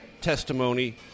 testimony